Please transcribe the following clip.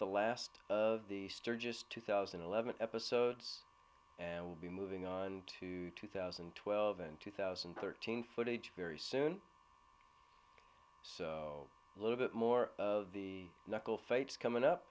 the last of the sturgis two thousand and eleven episodes and will be moving on to two thousand and twelve and two thousand and thirteen footage very soon a little bit more of the knuckle fights coming up